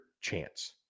chance